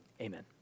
amen